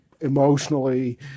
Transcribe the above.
emotionally